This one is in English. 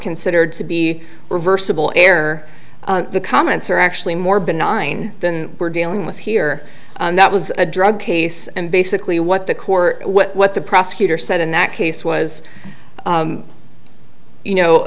considered to be reversible error the comments are actually more benign than we're dealing with here that was a drug case and basically what the court what the prosecutor said in that case was you know